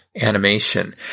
animation